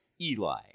Eli